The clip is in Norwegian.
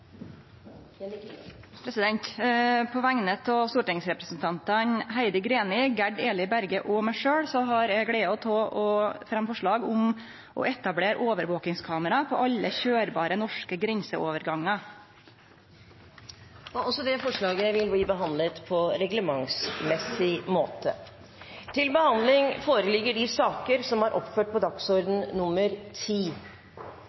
representantforslag. På vegner av stortingsrepresentantane Heidi Greni, Gerd Eli Berge og meg sjølv har eg gleda av å fremje forslag om etablering av overvakingskamera på alle køyrbare norske grenseovergangar. Forslagene vil bli behandlet på reglementsmessig måte. Før de resterende sakene på dagens kart tas opp til behandling,